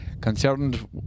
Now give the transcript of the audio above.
Concerned